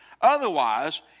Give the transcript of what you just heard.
Otherwise